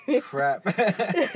Crap